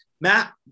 Matt